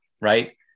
Right